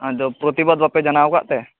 ᱟᱫᱚ ᱯᱨᱚᱛᱤᱵᱟᱫ ᱵᱟᱯᱮ ᱡᱟᱱᱟᱣ ᱟᱠᱫᱛᱮ